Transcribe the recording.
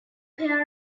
pair